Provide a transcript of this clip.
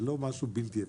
זה לא משהו בלתי אפשרי.